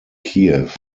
kiev